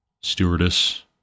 stewardess